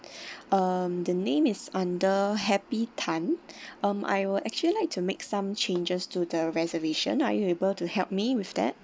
)PPB) um the name is under happy Tan um I will actually like to make some changes to the reservation are you able to help me with that